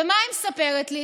ומה היא מספרת לי?